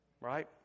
Right